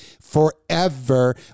forever